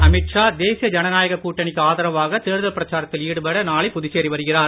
அமித் ஷா தேசிய ஜனநாயக கூட்டணிக்கு ஆதரவாக தேர்தல் பிரச்சாரத்தில் ஈடுபட நாளை புதுச்சேரி வருகிறார்